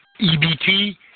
EBT